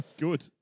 Good